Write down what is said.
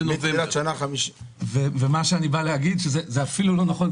זה אפילו לא נכון,